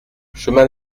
chemin